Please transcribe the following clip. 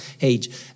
age